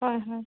হয় হয়